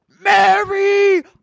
Mary